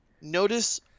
Notice